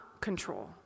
control